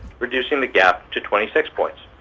reducing the gap to twenty six points.